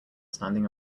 standing